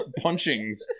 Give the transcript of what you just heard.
punchings